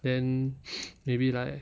then maybe like